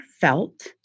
felt